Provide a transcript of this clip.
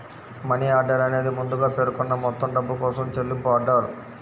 money order అనేది ముందుగా పేర్కొన్న మొత్తం డబ్బు కోసం చెల్లింపు ఆర్డర్